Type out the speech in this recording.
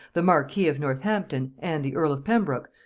the marquis of northampton, and the earl of pembroke,